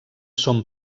són